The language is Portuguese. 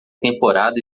temporada